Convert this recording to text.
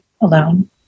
alone